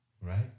Right